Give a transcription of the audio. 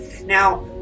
Now